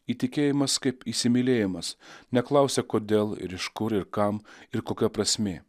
įtikėjimas kaip įsimylėjimas neklausia kodėl ir iš kur ir kam ir kokia prasmė